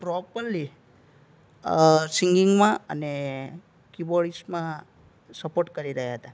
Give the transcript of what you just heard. properly સિંગિંગમાં અને કીબોર્ડમાં સપોર્ટ કરી રહ્યા હતા